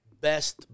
Best